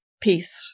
peace